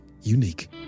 unique